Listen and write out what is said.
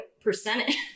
Percentage